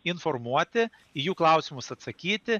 informuoti į jų klausimus atsakyti